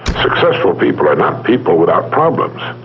successful people are not people without problems.